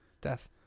death